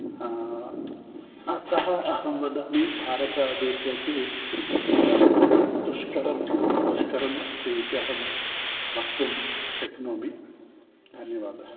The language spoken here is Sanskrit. अतः अहं वदामि भारतदेशे तु दुष्करं दुष्करं अस्तीति अहं वक्तुं शक्नोमि धन्यवादः